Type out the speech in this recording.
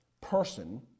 person